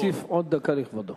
אני מוסיף עוד דקה לכבודו.